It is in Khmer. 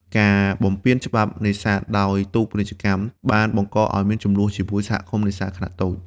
ការបំពានច្បាប់ នេសាទដោយទូកពាណិជ្ជកម្ម បានបង្កឱ្យមានជម្លោះជាមួយសហគមន៍នេសាទខ្នាតតូច។